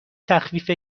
تخفیف